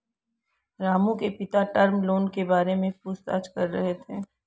रामू के पिता term loan के बारे में पूछताछ कर रहे थे